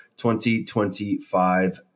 2025